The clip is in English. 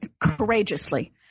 courageously